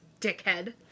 dickhead